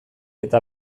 eta